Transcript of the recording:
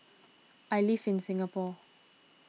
I live in Singapore